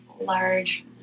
large